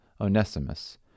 Onesimus